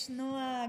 יש נוהג,